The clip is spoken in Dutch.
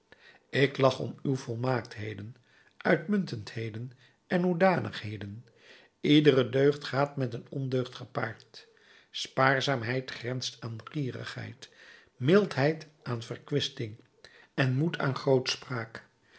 ik lach om uw volmaaktheden uitmuntendheden en hoedanigheden iedere deugd gaat met een ondeugd gepaard spaarzaamheid grenst aan gierigheid mildheid aan verkwisting en moed aan grootspraak